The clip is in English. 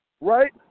right